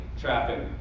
traffic